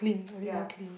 ya